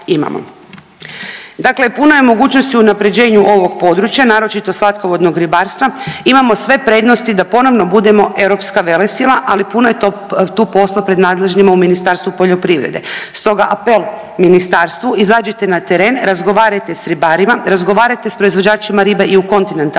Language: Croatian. Dakle, puno je mogućnosti u unapređenju ovog područja naročito slatkovodnog ribarstva. Imamo sve prednosti da ponovno budemo europska velesila, ali puno je to, tu posla pred nadležnima u Ministarstvu poljoprivrede. Stoga apel ministarstvu izađite na teren, razgovarajte s ribarima, razgovarajte s proizvođačima ribe i u kontinentalnoj